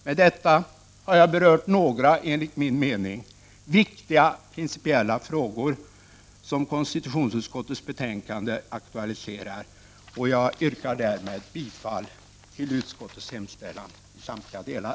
Med dessa ord har jag berört några enligt min mening viktiga principiella frågor som konstitutionsutskottets betänkande aktualiserar, och jag yrkar därmed bifall till utskottets hemställan i samtliga delar.